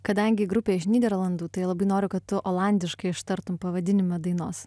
kadangi grupė iš nyderlandų tai labai noriu kad tu olandiškai ištartum pavadinimą dainos